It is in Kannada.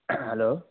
ಹಾಂ ಹಲೋ